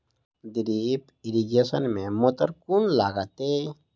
Drip irrigation मे motor केँ लागतै?